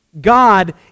God